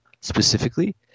specifically